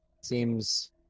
Seems